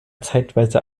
zeitweise